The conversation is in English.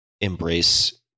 embrace